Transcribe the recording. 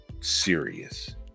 serious